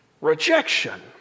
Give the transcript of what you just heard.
rejection